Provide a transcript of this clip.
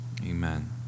Amen